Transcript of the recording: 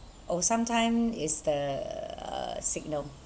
oh sometime it's the uh signal